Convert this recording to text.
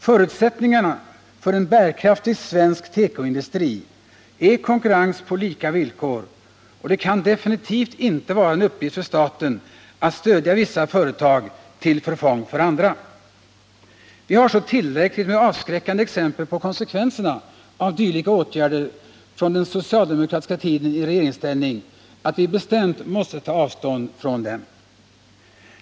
Förutsättningarna för en bärkraftig svensk tekoindustri är konkurrens på lika villkor, och det kan definitivt inte vara en uppgift för staten att stödja vissa företag till förfång för andra. Vi har så tillräckligt med avskräckande exempel på konsekvenserna av dylika åtgärder från den socialdemokratiska tiden i regeringsställning, att vi bestämt måste ta avstånd från dem.